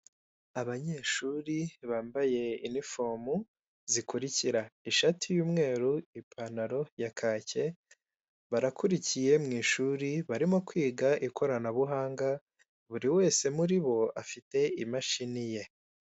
Abanyeshuri bambaye inifomu zikurikira ishati y'umweru ipantaro ya kake barakurikiye mu ishuri barimo kwiga ikoranabuhanga buri wese muri bo afite imashini ye.